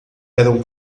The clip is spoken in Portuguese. eram